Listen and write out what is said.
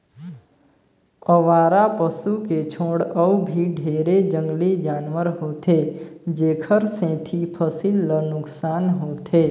अवारा पसू के छोड़ अउ भी ढेरे जंगली जानवर होथे जेखर सेंथी फसिल ल नुकसान होथे